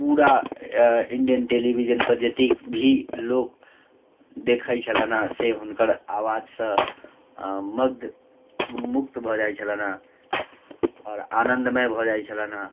पूरा आओर इण्डियन टेलीविजनपर जतेक भी लोक देखै छलनि हँ से हुनकर आवाजसँ अँ मन्त्रमुग्ध भऽ जाइ छलनि हँ आओर आनन्दमय भऽ जाइ छलनि हँ